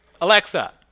Alexa